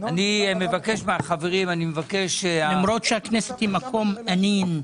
אני מבקש מהחברים --- למרות שהכנסת היא מקום אלים?